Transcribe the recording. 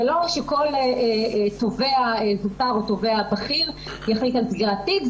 זה לא שכל תובע זוטר או תובע בכיר יחליט על סגירת תיק.